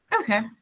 okay